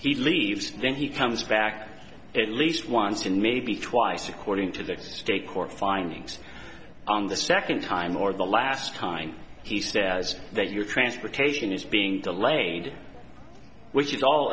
he leaves then he comes back at least once and maybe twice according to the state court findings on the second time or the last time he says that your transportation is being delayed which is all